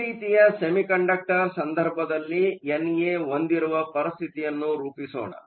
P ರೀತಿಯ semiconductor ಸಂದರ್ಭದಲ್ಲಿ ನಾವು ಎನ್ಎ ಹೊಂದಿರುವ ಪರಿಸ್ಥಿತಿಯನ್ನು ರೂಪಿಸೋಣ